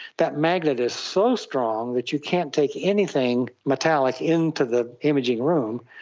that magnet is so strong that you can't take anything metallic into the imaging room,